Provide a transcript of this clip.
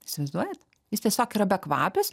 įsivaizduojat jis tiesiog yra bekvapis